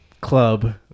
club